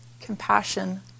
compassion